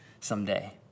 someday